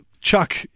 Chuck